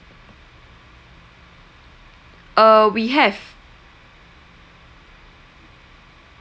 err we have